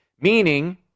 meaning